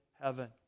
heaven